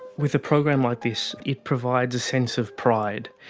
with a program like this it provides a sense of pride.